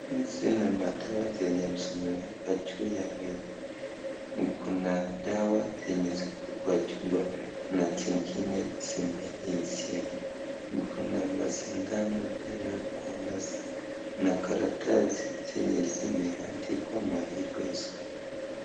Hizi nimatwai zenye zimeekwa juu ya meza, kuna dawa zenye zimeekwa kwa chupa na zingine zimeisha na luna masindano tena kwa meza na karatasi zenye zimeandikwa maelezo.